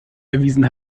erwiesen